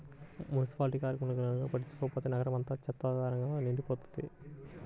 municipality కార్మికులు గనక పట్టించుకోకపోతే నగరం అంతా చెత్తాచెదారంతో నిండిపోతది